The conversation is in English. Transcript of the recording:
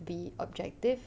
be objective